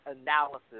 analysis